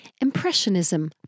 Impressionism